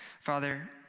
Father